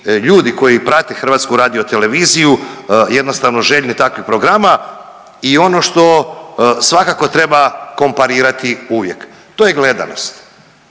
ljudi koji prate HRT jednostavno željni takvih programa. I ono što svakako treba komparirati uvijek to je gledanost.